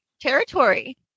territory